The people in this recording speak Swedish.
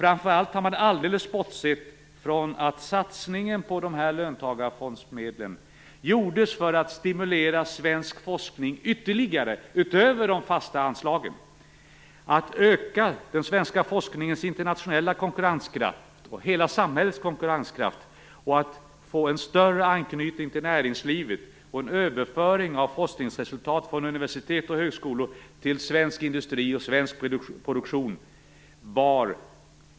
Framför allt har man alldeles bortsett från att satsningen på de här löntagarfondsmedlen gjordes för att stimulera svensk forskning ytterligare, alltså utöver de fasta anslagen. Det gällde att öka den svenska forskningens internationella konkurrenskraft och hela samhällets konkurrenskraft. Det gällde också att få en större anknytning till näringslivet.